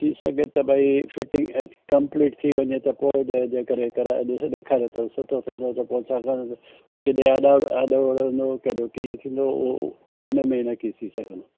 थी सघे त भई फिटिंग कमप्लीट थी वञे त पोइ जंहिंजे करे कराए ॾिसो ॾेखारियो त सुठो थींदो पोइ छाकाणि किॾे आॾा आॾो अव केॾो कीअं थींदो उहो उन में नकी थी सघंदो